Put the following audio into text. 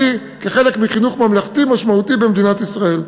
כחלק מחינוך ממלכתי משמעותי במדינת ישראל.